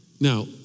Now